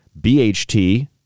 BHT